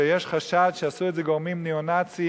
שיש חשד שעשו את זה גורמים ניאו-נאציים,